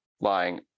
lying